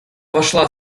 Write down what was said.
вошла